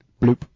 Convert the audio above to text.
Bloop